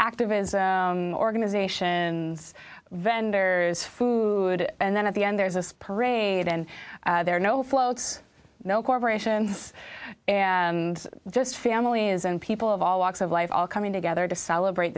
activism organizations vendors food and then at the end there's this parade and there are no floats no corporations and just family is and people of all walks of life all coming together to celebrate